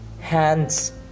hands